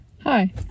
hi